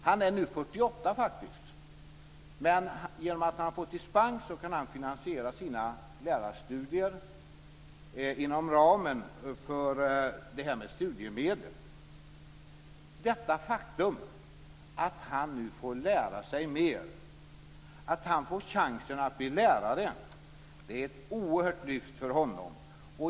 Han är nu 48 år, men genom att han har fått dispens kan han finansiera sina lärarstudier inom ramen för det här med studiemedel. Detta faktum - att han nu får lära sig mer, att han får chansen att bli lärare - är ett oerhört lyft för honom.